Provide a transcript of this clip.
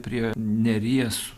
prie neries